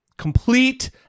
Complete